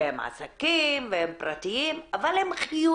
והם עסקים, והם פרטיים, אבל הם חיוניים